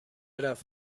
رفت